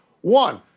one